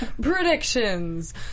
Predictions